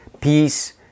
peace